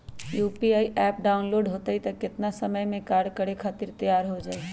UPI app download होई त कितना समय मे कार्य करे खातीर तैयार हो जाई?